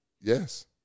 Yes